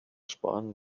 sparen